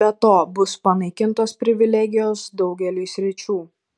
be to bus panaikintos privilegijos daugeliui sričių